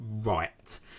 right